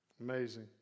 Amazing